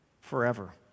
forever